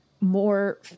more